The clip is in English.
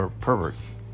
Perverts